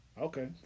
Okay